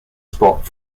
spot